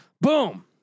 Boom